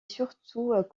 surtout